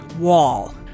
wall